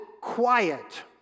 quiet